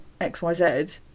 XYZ